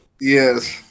Yes